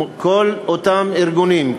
כל אותם ארגונים,